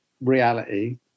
reality